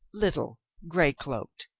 little gray-cloaked.